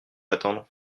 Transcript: attendre